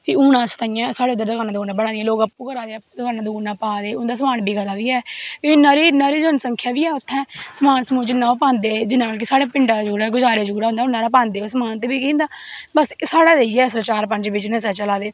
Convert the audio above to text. फ्ही अस तांईयैं साढ़ै इध्दर दकानां दकूनैां बना दियां लोग अप्पूं करा दे दकानां दकूनां पा दे ते उंदा समान बिका दा बी ऐ इन्नी हारी जनसंख्या बी है उत्थैं समान समून जिन्ना हारा ओह् पांदे जिन्ना मतलव साढ़े पिंडै जुगड़ा गुज़ारे जुगड़ा होंदा उन्ना हारा ओह् पांदे ओह् समान ते बिकी जंदा बस साढ़ै इयै चार पंज बिजनस ऐ चला दे